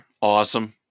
awesome